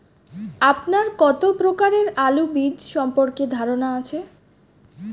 আপনার কত প্রকারের আলু বীজ সম্পর্কে ধারনা আছে?